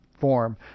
form